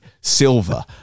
silver